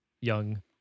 young